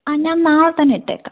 ആ ഞാൻ നാളെ തന്നെ ഇട്ടേക്കാം